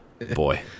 boy